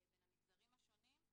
בין המגזרים השונים,